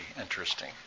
interesting